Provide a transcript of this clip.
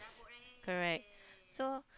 correct so